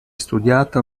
studiata